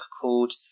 called